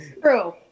true